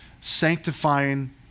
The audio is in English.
sanctifying